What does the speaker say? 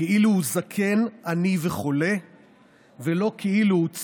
כאילו זקן, עני וחולה ולא כאילו הוא צעיר,